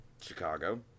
Chicago